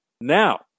now